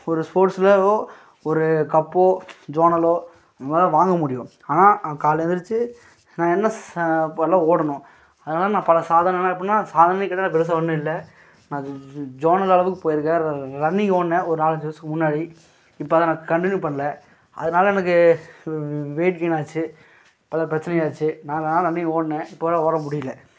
ஒரு ஸ்போர்ட்ஸ்லயோ ஒரு கப்போ ஜோர்னலோ நம்மளால் வாங்க முடியும் ஆனால் ஆ காலைல எழுந்திரிச்சு நான் என்ன ச பண்ண ஓடணும் அதெலாம் நான் பல சாதனைனா எப்படின்னா சா நினைக்கறதுலாம் பெருசாக ஒன்றும் இல்லை நான் ஜோர்னல் அளவுக்கு போயிருக்கேன் ரன்னிங் ஓடுனேன் ஒரு நாலஞ்சு வருஷத்துக்கு முன்னாடி இப்போ அதை நான் கன்டினியூ பண்ணலை அதனால எனக்கு வெயிட் கெயின் ஆச்சு பல பிரச்சினை ஆச்சு நாலாம் ரன்னிங் ஓடினேன் இப்போல்லாம் ஓட முடியலை